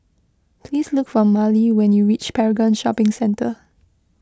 please look for Miley when you reach Paragon Shopping Centre